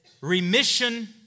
remission